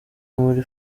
muri